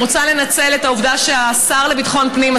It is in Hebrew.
אני רוצה לנצל את העובדה שהשר לביטחון פנים,